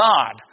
God